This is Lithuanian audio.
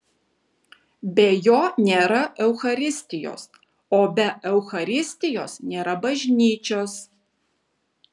be jo nėra eucharistijos o be eucharistijos nėra bažnyčios